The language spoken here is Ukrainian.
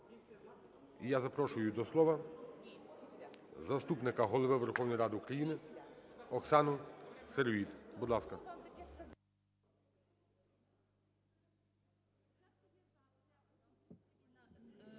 І запрошую до слова заступника Голови Верховної Ради України Оксану Сироїд. Будь ласка.